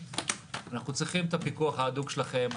שאנחנו צריכים את הפיקוח ההדוק שלכם.